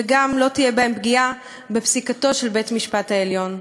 וגם לא תהיה בהם פגיעה בפסיקתו של בית-המשפט העליון.